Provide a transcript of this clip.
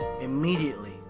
Immediately